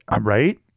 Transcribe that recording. Right